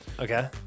Okay